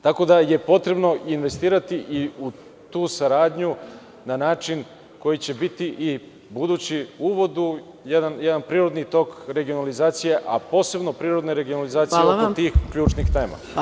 Tako da je potrebno investirati i u tu saradnju na način koji će biti i budući uvod u jedan prirodni tok regionalizacije, a posebno prirodne regionalizacije kod tih ključnih tema.